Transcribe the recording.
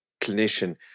clinician